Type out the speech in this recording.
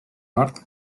burt